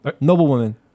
Noblewoman